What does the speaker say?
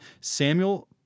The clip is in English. Samuel